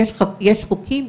יש חוקים,